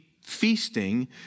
feasting